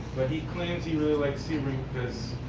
but he claims he really likes sebring because